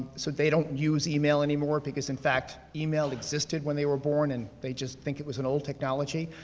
so they don't use email anymore because in fact, email existed when they were born, and they just think it was an old technology.